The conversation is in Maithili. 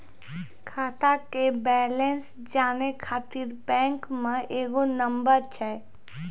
खाता के बैलेंस जानै ख़ातिर बैंक मे एगो नंबर छै?